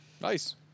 Nice